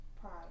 pride